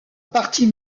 partie